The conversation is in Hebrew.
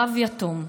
רב יתום.